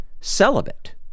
celibate